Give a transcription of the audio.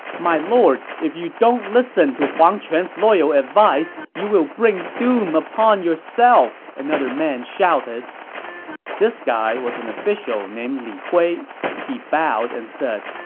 my lord, if you don't listen to huang quan's loyal advice, you will bring doom upon yourself! another man shouted this guy was an official named li hui. he bowed and said,